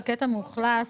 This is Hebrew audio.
המאוכלס,